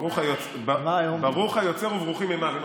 ברוך היוצר וברוכים מימיו.